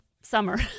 summer